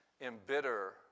embitter